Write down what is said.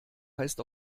heißt